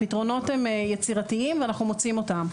הפתרונות הם יצירתיים, ואנחנו מוציאים אותם.